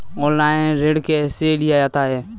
Online ऋण कैसे लिया जाता है?